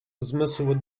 zmysł